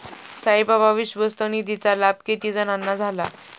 साईबाबा विश्वस्त निधीचा लाभ किती जणांना झाला?